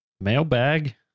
mailbag